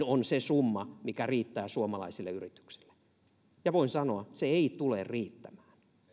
on se summa mikä riittää suomalaisille yrityksille voin sanoa se ei tule riittämään